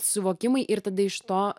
suvokimai ir tada iš to